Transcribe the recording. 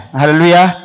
hallelujah